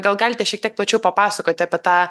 gal galite šiek tiek plačiau papasakoti apie tą